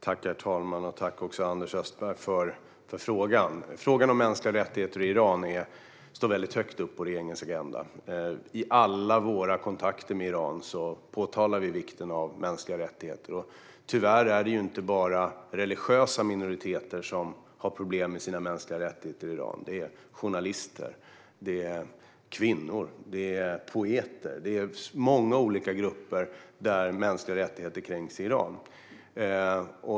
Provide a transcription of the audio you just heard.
Herr talman! Jag tackar Anders Österberg för frågan. Frågan om mänskliga rättigheter i Iran står högt upp på regeringens agenda. I alla våra kontakter med Iran påpekar vi vikten av mänskliga rättigheter. Tyvärr är det inte bara religiösa minoriteter som har problem vad gäller mänskliga rättigheter i Iran, utan det gäller även journalister, kvinnor och poeter. Många olika gruppers mänskliga rättigheter kränks i Iran.